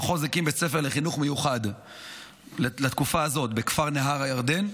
המחוז הקים בית ספר לחינוך מיוחד לתקופה הזאת בכפר נהר הירדן.